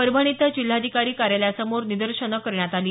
परभणी इथं जिल्हाधिकारी कार्यालयासमोर निदर्शनं करण्यात आली